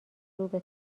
روبه